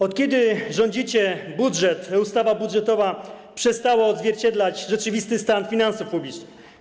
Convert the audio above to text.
Od kiedy rządzicie, ustawa budżetowa przestała odzwierciedlać rzeczywisty stan finansów publicznych.